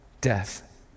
death